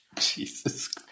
Jesus